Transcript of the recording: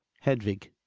hedvig.